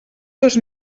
dos